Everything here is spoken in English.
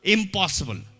Impossible